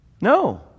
No